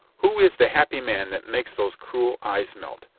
who is the happy man that makes those cruel eyes melt,